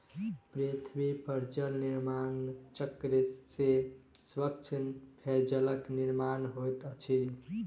पृथ्वी पर जल निर्माण चक्र से स्वच्छ पेयजलक निर्माण होइत अछि